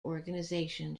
organisation